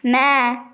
ନା